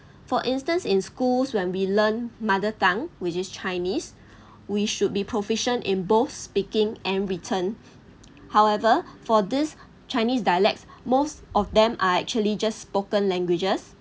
for instance in schools when we learn mother tongue which is chinese we should be proficient in both speaking and written however for these chinese dialects most of them are actually just spoken languages